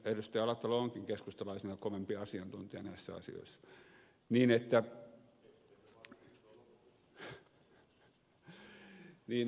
alatalo onkin keskustalaisena kovempi asiantuntija näissä asioissa